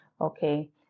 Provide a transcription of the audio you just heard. okay